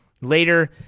Later